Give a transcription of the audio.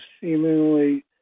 seemingly